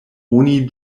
oni